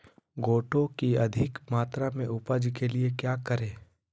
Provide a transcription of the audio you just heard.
गोटो की अधिक मात्रा में उपज के लिए क्या करें?